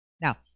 Now